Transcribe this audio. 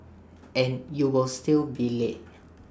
and you will still be late